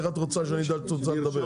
איך את רוצה שאני אדע שאת רוצה לדבר?